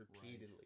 repeatedly